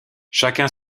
chacun